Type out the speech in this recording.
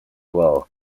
well